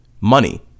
money